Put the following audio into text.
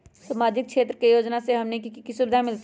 सामाजिक क्षेत्र के योजना से हमनी के की सुविधा मिलतै?